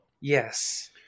Yes